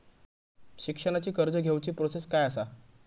शिक्षणाची कर्ज घेऊची प्रोसेस काय असा?